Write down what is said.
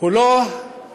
הוא לא חייל,